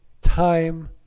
time